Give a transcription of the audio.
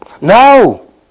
No